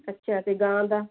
ਅੱਛਾ ਅਤੇ ਗਾਂ ਦਾ